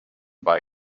buy